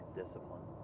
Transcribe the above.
discipline